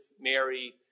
Mary